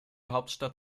hauptstadt